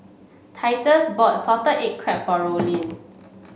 Titus bought Salted Egg Crab for Rollin